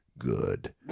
Good